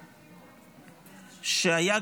שהיה,